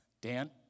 Dan